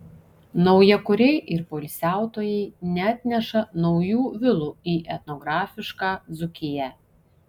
naujakuriai ir poilsiautojai neatneša naujų vilų į etnografišką dzūkiją